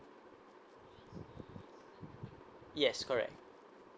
yes correct